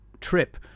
trip